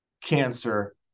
cancer